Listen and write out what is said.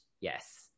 yes